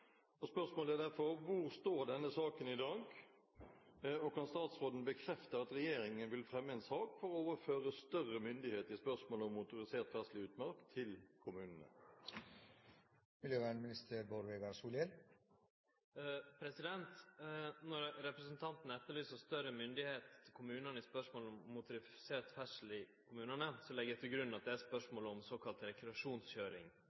og nødvendig. Statsrådens regjeringspartnere var tydelige på at dette ville bli fulgt opp i inneværende stortingsperiode. Hvor står denne saken i dag, og kan statsråden bekrefte at regjeringen vil fremme en sak for å overføre større myndighet i spørsmål om motorisert ferdsel i utmark til kommunene?» Når representanten etterlyser større myndigheit til kommunane i spørsmålet om motorisert ferdsel i utmark, legg eg til grunn at det er